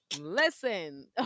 listen